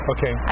Okay